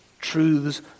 truths